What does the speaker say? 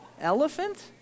Elephant